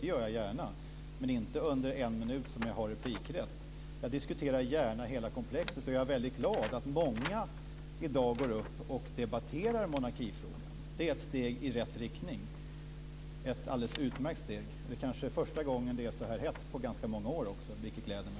Det gör jag gärna, men inte under den minut som jag har replikrätt. Jag diskuterar gärna hela komplexet, och jag är väldigt glad att många i dag går upp och debatterar monarkifrågan. Det är ett alldeles utmärkt steg i rätt riktning. Detta är kanske första gången som det är så hett på ganska många år, vilket gläder mig.